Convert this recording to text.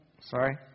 Sorry